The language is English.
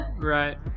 right